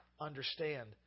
understand